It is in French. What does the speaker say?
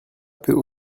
peut